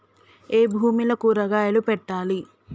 ఏ భూమిలో కూరగాయలు పెట్టాలి?